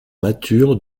matures